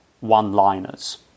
one-liners